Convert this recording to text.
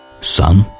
Son